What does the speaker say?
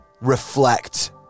reflect